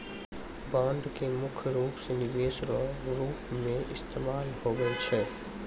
bond के मुख्य रूप से निवेश रो रूप मे इस्तेमाल हुवै छै